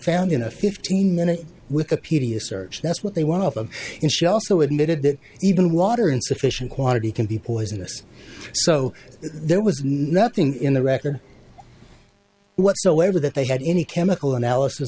found in a fifteen minute with a pedia search that's what they want off of and she also admitted that even water in sufficient quantity can be poisonous so there was nothing in the wrecker whatsoever that they had any chemical analysis